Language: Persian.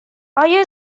آیا